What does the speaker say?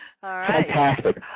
Fantastic